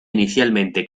inicialmente